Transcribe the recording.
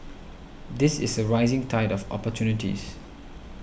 this is a rising tide of opportunities